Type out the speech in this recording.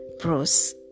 Bruce